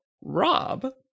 Rob